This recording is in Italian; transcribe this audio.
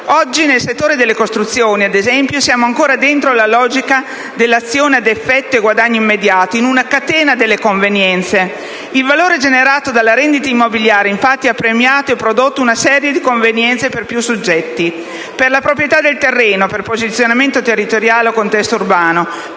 esempio, nel settore delle costruzioni siamo ancora dentro alla logica dell'azione ad effetto e guadagno immediato, in una catena delle convenienze. Il valore generato dalla rendita immobiliare, infatti, ha premiato e prodotto una serie di convenienze per più soggetti: per la proprietà del terreno, per posizionamento territoriale o contesto urbano;